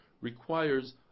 requires